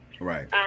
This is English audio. Right